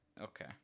okay